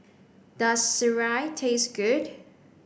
does Sireh taste good